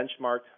benchmarked